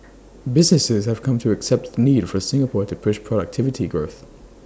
businesses have come to accept the need for Singapore to push productivity growth